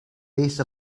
base